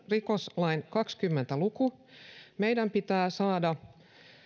rikoslain kaksikymmentä luku meidän pitää saada